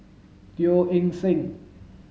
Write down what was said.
Teo Eng Seng